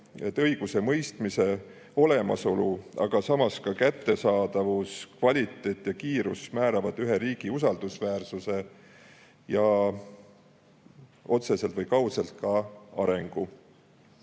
õigusemõistmise olemasolu, aga samas ka selle kättesaadavus, kvaliteet ja kiirus määravad ühe riigi usaldusväärsuse ja otseselt või kaudselt ka arengu. Kui